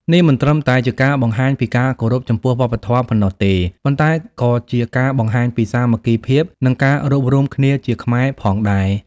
នេះមិនត្រឹមតែជាការបង្ហាញពីការគោរពចំពោះវប្បធម៌ប៉ុណ្ណោះទេ ប៉ុន្តែក៏ជាការបង្ហាញពី សាមគ្គីភាព និងការរួបរួមគ្នាជាខ្មែរផងដែរ។